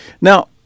Now